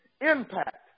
Impact